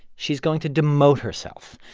she's going to demote herself.